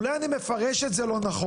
אולי אני מפרש את זה לא נכון,